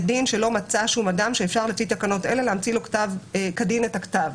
דין שלא מצא שום אדם שאפשר לפי תקנות אלה להמציא לו כדין את הכתב.